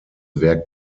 werk